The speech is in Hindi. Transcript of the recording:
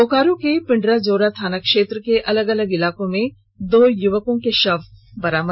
बोकारो के पिंडराजोरा थानाक्षेत्र के अलग अलग इलाके में दो युवकों का शव मिला